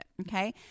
Okay